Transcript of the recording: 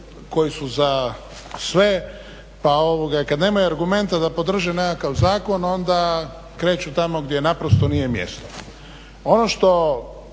koji su za sve pa i kad nemaju argumenta da podrže nekakav zakon onda kreću tamo gdje naprosto nije mjesto. Ono što